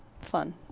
fun